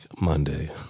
Monday